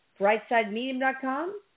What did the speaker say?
brightsidemedium.com